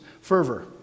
fervor